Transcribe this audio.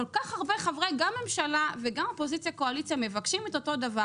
כל כך הרבה חברי גם ממשלה וגם אופוזיציה קואליציה מבקשים את אותו דבר